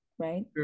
right